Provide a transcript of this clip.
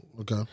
Okay